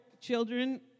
children